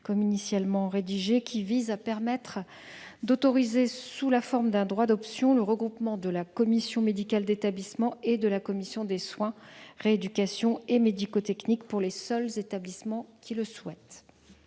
sociales du Sénat, qui permet d'autoriser, sous la forme d'un droit d'option, le regroupement de la commission médicale d'établissement et de la commission des soins infirmiers, de rééducation et médico-techniques, pour les seuls établissements qui le souhaitent.